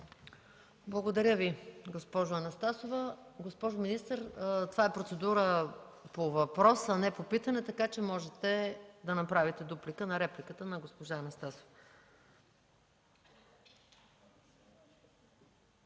Благодаря, госпожо Анастасова. Това е процедура по въпрос, а не по питане, така че можете да направите дуплика на репликата на госпожа Анастасова.